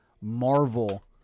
Marvel